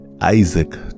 Isaac